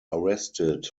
arrested